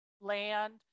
land